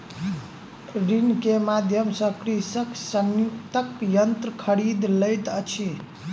ऋण के माध्यम सॅ कृषक संयुक्तक यन्त्र खरीद लैत अछि